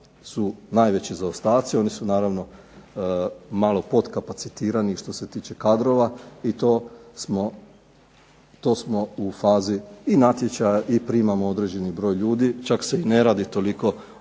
su najveći zaostaci, oni su naravno malo podkapacitirani što se tiče kadrova, i to smo u fazi i natječaja i primamo određeni broj ljudi, čak se i ne radi toliko o broju